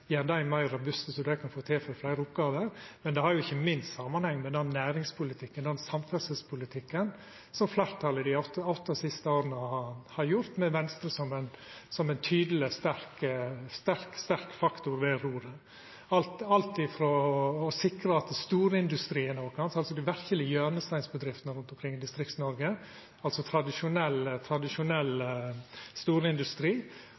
meir robuste, sånn at dei kan verta tilførte fleire oppgåver, men ikkje minst har det samanheng med den næringspolitikken, den samferdselspolitikken som fleirtalet har ført dei åtte siste åra, med Venstre som ein tydeleg, sterk faktor ved roret. Det gjeld alt frå å sikra at storindustrien, dei verkelege hjørnesteinsbedriftene rundt omkring i Distrikts-Noreg, altså tradisjonell storindustri,